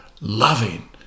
loving